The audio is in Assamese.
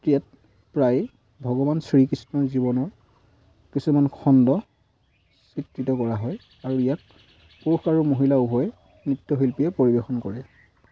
ইয়াত প্ৰায় ভগৱান শ্ৰীকৃষ্ণ জীৱনৰ কিছুমান খণ্ড চিত্ৰিত কৰা হয় আৰু ইয়াক পুৰুষ আৰু মহিলা উভয় নৃত্যশিল্পীয়ে পৰিৱেশন কৰে